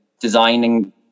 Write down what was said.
designing